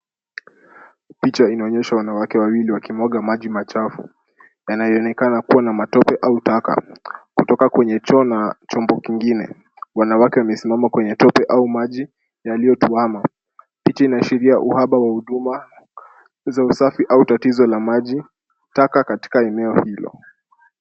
Picha inaonyesha wanawake wawili wakimwaga maji machafu, yanayoonekana kuwa na matope au taka kutoka kwenye choo na chombo kingine. Wanawake wamesimama kwenye tope au maji yaliyotuama. Picha inaashiria uhaba wa huduma za usafi au tatizo la maji , taka katika eneo hilo.